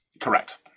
Correct